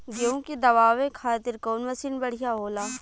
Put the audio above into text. गेहूँ के दवावे खातिर कउन मशीन बढ़िया होला?